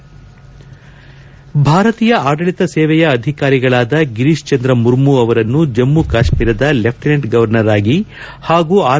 head ಭಾರತೀಯ ಆಡಳಿತ ಸೇವೆಯ ಅಧಿಕಾರಿಗಳಾದ ಗಿರೀಶ್ ಚಂದ್ರ ಮುರ್ಮು ಅವರನ್ನು ಜಮ್ನು ಕಾತ್ನೀರದ ಲೆಫ್ಲಿನೆಂಟ್ ಗವರ್ನರ್ ಆಗಿ ಹಾಗೂ ಆರ್